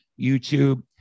YouTube